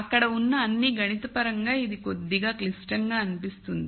అక్కడ ఉన్న అన్ని గణిత పరంగా ఇది కొద్దిగా క్లిష్టంగా కనిపిస్తుంది